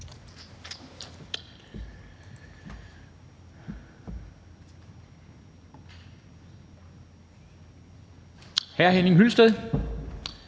Hr. Henning Hyllested,